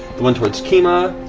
the one towards kima.